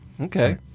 Okay